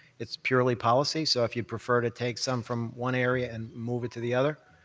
it's purely policy, so if you'd prefer to take some from one area and move it to the other,